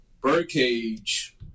Birdcage